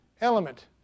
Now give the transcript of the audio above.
element